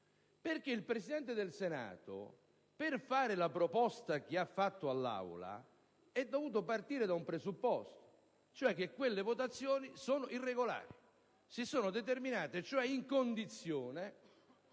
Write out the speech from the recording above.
Infatti il Presidente del Senato, per fare la proposta che ha fatto all'Aula, è dovuto partire da un presupposto, cioè che quelle votazioni sono irregolari, si sono effettuate in condizioni